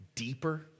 deeper